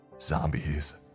Zombies